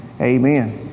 Amen